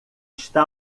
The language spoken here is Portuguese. está